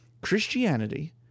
Christianity